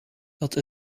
dat